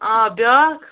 آ بیٛاکھ